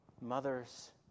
mothers